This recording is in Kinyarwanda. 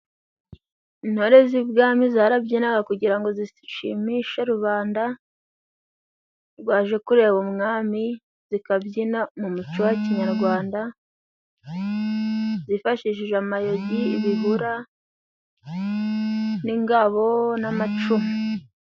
Intore z'ibwami zarabyinaga kugira ngo zishimishe rubanda rwaje kureba umwami, zikabyina mu muco wa kinyarwanda zifashishije amayogi ,ibihura ,n'ingabo n'amacumu.